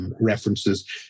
References